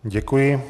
Děkuji.